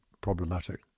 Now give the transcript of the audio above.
problematic